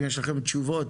אם יש לכם תשובות